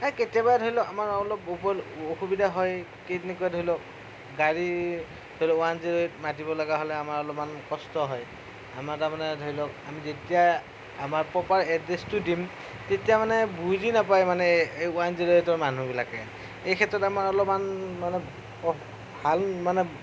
এই কেতিয়াবা ধৰিলওক আমাৰ অলপ অসুবিধা হয় কেনেকুৱা ধৰিলওক গাড়ী ধৰিলওক ওৱান জিৰ' এইট মাতিব লগা হ'লে আমাৰ অলপমান কষ্ট হয় আমাৰ তাৰ মানে ধৰিলওক আমি যেতিয়া আমাৰ প্ৰপাৰ এড্ৰেছটো দিম তেতিয়া মানে বুজি নাপায় মানে এই ওৱান জিৰ' এইটৰ মানুহবিলাকে এই ক্ষেত্ৰত আমাৰ অলপমান মানে ভাল মানে